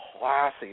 classy